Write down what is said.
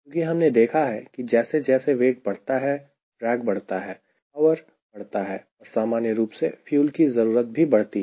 क्योंकि हमने देखा है कि जैसे जैसे वेट बढ़ता है ड्रेग बढ़ता है पावर बढ़ता है और सामान्य रूप से फ्यूल की जरूरत भी बढ़ती है